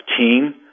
team